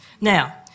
Now